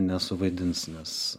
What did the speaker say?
nesuvaidins nes